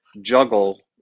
juggle